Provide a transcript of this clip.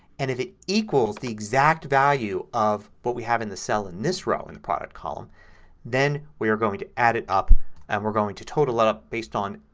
and if it equals the exact value of what we have in the cell in this row in the product column then we're going to add it up and we're going to total it up based on